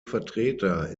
vertreter